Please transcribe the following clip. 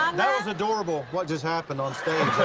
um that was adorable, what just happened onstage